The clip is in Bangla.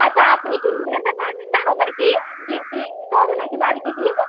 আচ্ছা আপনি কি নিয়ে যেতে পারবেন না আমার কি গিয়ে দিয়ে যেতে হবে না কি বাড়িতে গিয়ে